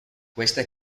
questa